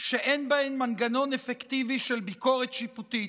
שאין בהן מנגנון אפקטיבי של ביקורת שיפוטית.